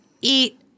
eat